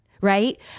right